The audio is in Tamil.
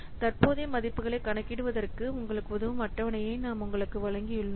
தற்போதைய மதிப்புகளைக் கணக்கிடுவதற்கு உங்களுக்கு உதவும் அட்டவணையை நாம் உங்களுக்கு வழங்கியுள்ளோம்